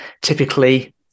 typically